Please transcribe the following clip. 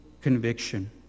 conviction